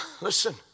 Listen